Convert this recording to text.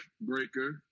breaker